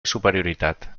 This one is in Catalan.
superioritat